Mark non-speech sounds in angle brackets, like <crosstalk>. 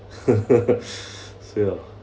<laughs> so ya